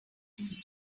this